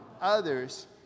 others